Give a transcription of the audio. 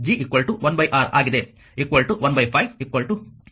1 5 0